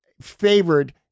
favored